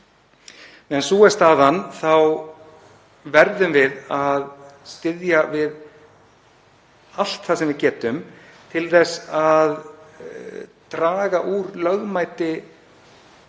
sú er staðan þá verðum við að styðja við allt það sem við getum til þess að draga úr lögmæti tilvistar